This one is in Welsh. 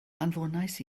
anfonais